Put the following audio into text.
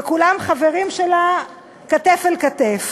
וכולם חברים שלה כתף אל כתף.